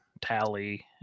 Tally